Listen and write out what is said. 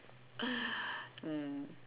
mm